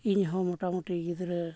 ᱤᱧᱦᱚᱸ ᱢᱚᱴᱟᱢᱩᱴᱤ ᱜᱤᱫᱽᱨᱟᱹ